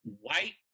white